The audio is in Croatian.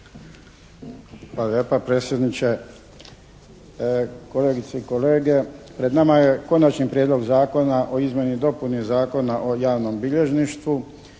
Hvala lijepa predsjedniče. Kolegice i kolege, pred nama je Konačni prijedlog zakona o izmjeni i dopuni Zakona o javnom bilježništvu